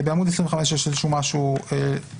בעמוד 25 יש משהו לשוני